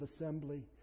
assembly